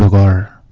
are